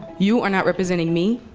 you are not representing me,